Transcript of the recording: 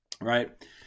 right